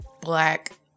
black